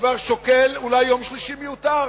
כבר שוקל, אולי יום שלישי מיותר.